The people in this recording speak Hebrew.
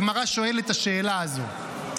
הגמרא שואלת את השאלה הזו,